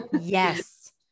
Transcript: yes